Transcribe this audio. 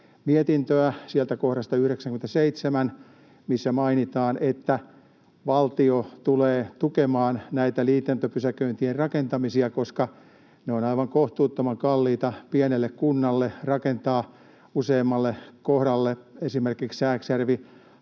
mietintöä sieltä kohdasta 97, missä mainitaan, että valtio tulee tukemaan liityntäpysäköintien rakentamisia, koska ne ovat aivan kohtuuttoman kalliita pienelle kunnalle rakentaa useammalle kohdalle, esimerkiksi